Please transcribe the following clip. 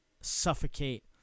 suffocate